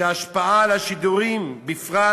שההשפעה על השידורים, בפרט